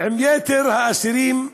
עם יתר האסירים בבתי-הכלא,